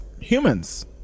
humans